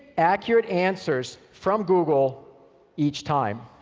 accurate answers from google each time.